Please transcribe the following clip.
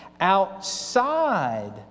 outside